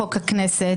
חוק הכנסת,